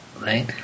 Right